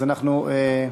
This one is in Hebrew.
אז אנחנו,